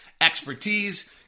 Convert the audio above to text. expertise